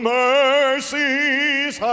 mercies